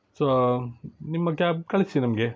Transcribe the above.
so ನಿಮ್ಮ cab ಕಳಿಸಿ ನಮಗೆ